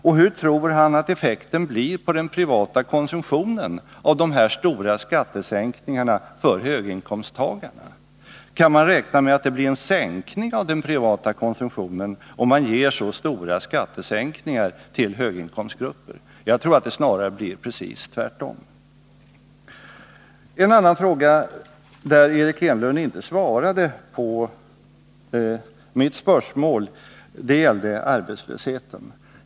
Och hur tror Eric Enlund att effekterna blir på den privata konsumtionen av de här stora skattesänkningarna för höginkomsttagarna? Kan man räkna med att det blir en minskning av den privata konsumtionen om man ger så stora skattesänkningar till höginkomstgrupper? Jag tror att det blir precis tvärtom! En annan fråga, där Eric Enlund inte svarade på mitt spörsmål, gällde arbetslösheten.